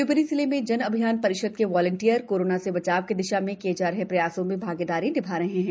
शिवप्री जिले में जन अभियान परिषद के वालंटियर कोरोना से बचाव की दिशा में किए जा रहे प्रयासों में भागीदारी निभा रहे हैं